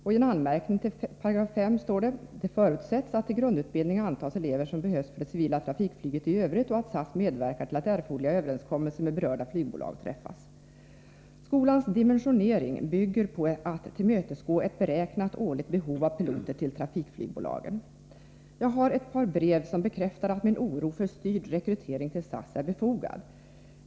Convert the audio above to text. I en anmärkning till 5 § står det: ”Det förutsätts att till grundutbildning antas elever som behövs för det civila trafikflyget i övrigt och att SAS medverkar till att erforderliga överenskommelser med berörda flygbolag träffas.” Skolans dimensionering bygger alltså på att tillmötesgå ett beräknat årligt behov av piloter till trafikflygbolagen. Herr talman! Jag har här ett par brev som bekräftar att min oro för styrd rekrytering till SAS är befogad.